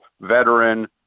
veteran